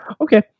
Okay